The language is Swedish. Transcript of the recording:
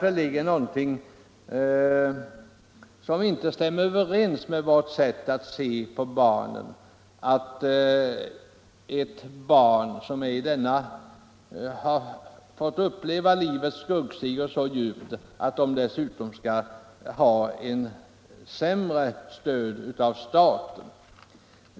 Det stämmer inte överens med vårt sätt att se på barnen att barn som har fått uppleva livets skuggsidor så djupt dessutom skall ha sämre stöd av staten.